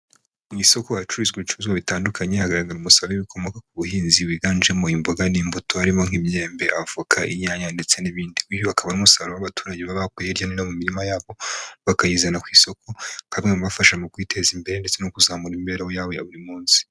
Mu isoko hacuruzwa ibicuruzwa bitandukanye hagaragaza umusoro w'ibikomoka ku buhinzi wiganjemo imboga n'imbuto harimo nk'imyembe avoka inyanya ndetse bakaba umusaruro aba abaturage babakuye hirya no hino mu mirima yabo bakayizana ku isoko nka bimwe mu bibafasha mu kwiteza imbere ndetse no kuzamura imibereho yabo ya buri munsi.